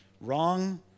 wrong